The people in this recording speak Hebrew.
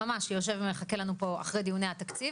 שיושב ומחכה לנו פה אחרי דיוני התקציב.